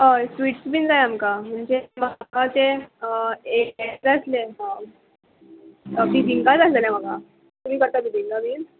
हय स्विट्स बीन जाय आमकां म्हणजे म्हाका ते एक आसले बिबिंका जाय आसलें म्हाका तुमी करता बिबिंका बीन